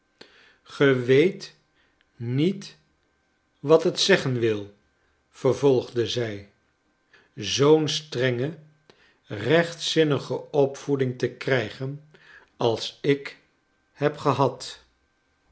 g e weet niet wat het zeggen wil vervolgde zij zoo'n strenge rechtzinnige opvoeding te krijgen als ik heb gehad